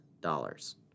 dollars